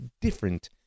different